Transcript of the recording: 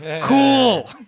cool